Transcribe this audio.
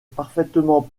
parfaitement